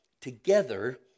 together